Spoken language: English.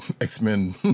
x-men